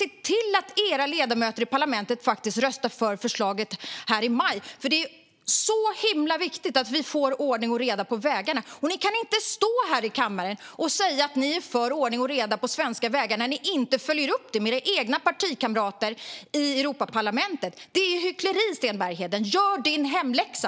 Se till att era ledamöter i Europaparlamentet faktiskt röstar för förslaget nu i maj! Det är himla viktigt att vi får ordning och reda på vägarna, och ni kan inte stå här i kammaren och säga att ni är för ordning och reda på de svenska vägarna när ni inte följer upp det med era egna ledamöter i Europaparlamentet. Det är hyckleri, Sten Bergheden! Gör din hemläxa!